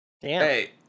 Hey